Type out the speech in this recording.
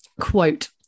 quote